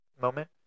moment